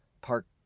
park